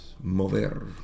mover